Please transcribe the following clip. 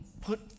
put